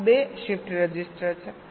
આ 2 shift register છે